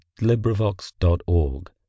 LibriVox.org